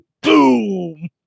Boom